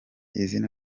izina